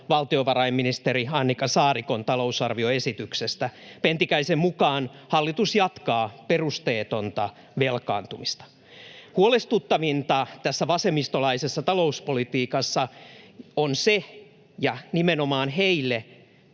valtiovarainministeri Annika Saarikon talousarvioesityksestä. Pentikäisen mukaan hallitus jatkaa perusteetonta velkaantumista. Huolestuttavinta tämä vasemmistolainen talouspolitiikka on nimenomaan heille,